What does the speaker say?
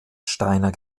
steiner